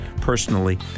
personally